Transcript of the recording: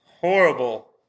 horrible